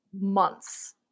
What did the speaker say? months